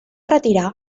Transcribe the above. retirà